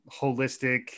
holistic